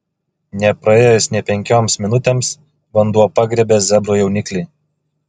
nepraėjus nė penkioms minutėms vanduo pagriebė zebro jauniklį